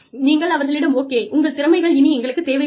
நீங்கள் அவர்களிடம் 'ஓகே உங்கள் திறமைகள் இனி எங்களுக்கு தேவைப்படாது